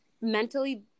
mentally